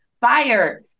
fire